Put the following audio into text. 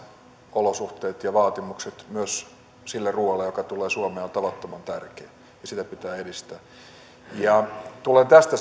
olosuhteet ja vaatimukset myös sille ruoalle joka tulee suomeen on tavattoman tärkeä ja sitä pitää edistää tulen tästä